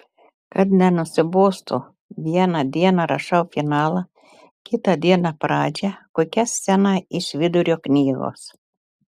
kad nenusibostų vieną dieną rašau finalą kitą dieną pradžią kokią sceną iš vidurio knygos